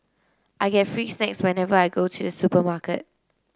I get free snacks whenever I go to the supermarket